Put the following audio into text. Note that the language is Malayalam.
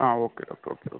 ആ ഓക്കെ ഓക്കെ ഓക്കെ